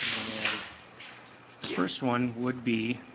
and the first one would be,